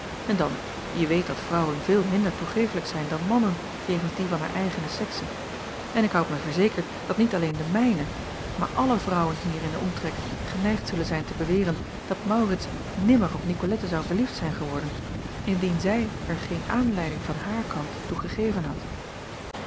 n dan je weet dat vrouwen veel minder toegeeflijk zijn dan mannen jegens die van haar eigene sekse en ik houd mij verzekerd dat niet alleen de mijne maar alle vrouwen hier in den omtrek geneigd zullen zijn te beweren dat aurits nimmer op i acob van ennep laasje evenster delen colette zou verliefd zijn geworden indien zij er geen aanleiding van haar kant toe gegeven had